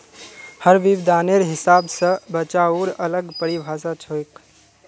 हर विद्वानेर हिसाब स बचाउर अलग परिभाषा छोक